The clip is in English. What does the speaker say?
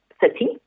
city